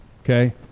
okay